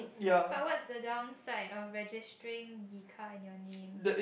but what's the downside of registering the car in your name